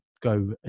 go